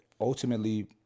ultimately